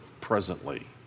presently